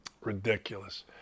Ridiculous